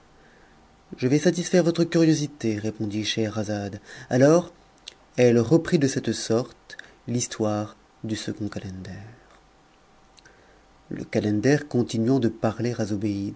je vais satisfaire votre curiosité répondit scheherazade alors elle reprit de cette sorte l'histoire du second calender le calender continuant de parler